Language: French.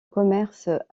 commerce